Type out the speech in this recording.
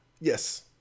Yes